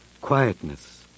quietness